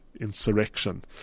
insurrection